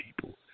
people